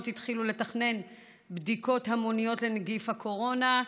התחילו לתכנן בדיקות המוניות לנגיף הקורונה,